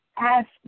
Ask